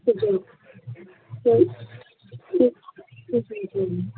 جی ٹھیک ٹھیک جی جی جی